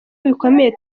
bikomeye